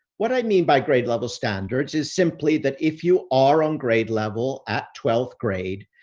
what i mean by grade level standards is simply that if you are on grade level at twelfth grade,